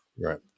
right